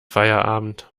feierabend